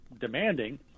demanding